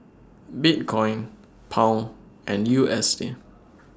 Bitcoin Pound and U S D